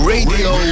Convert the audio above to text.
Radio